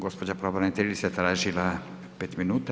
Gospođa pravobraniteljica je tražila 5 minuta.